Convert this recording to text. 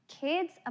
kids